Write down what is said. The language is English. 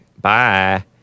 Bye